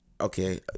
Okay